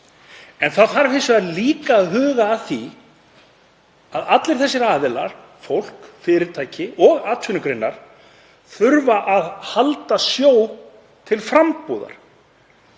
En það þarf líka að huga að því að allir þessir aðilar, fólk, fyrirtæki og atvinnugreinar, þurfa að halda sjó til frambúðar